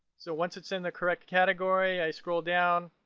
so once it's in the correct category, i scroll down.